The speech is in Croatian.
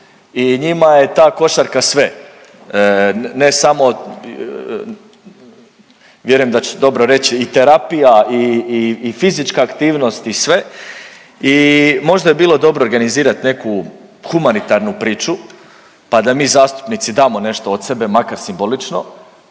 i njima je ta košarka sve, ne samo vjerujem da ću dobro reći i terapija i fizička aktivnost i sve i možda bi bilo dobro organizirat neku humanitarnu priču pa da mi zastupnici damo nešto od sebe, makar simbolično.